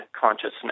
consciousness